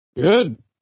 good